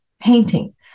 Painting